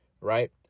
Right